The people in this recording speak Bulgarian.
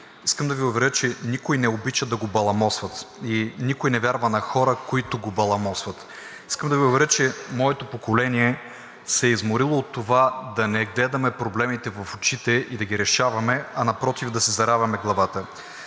Искам да Ви уверя, че никой не обича да го баламосват и никой не вярва на хора, които го баламосват. Искам да Ви уверя, че моето поколение се е изморило от това да не гледаме проблемите в очите и да ги решаваме, а напротив да си заравяме главата.